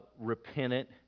repentant